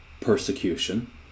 persecution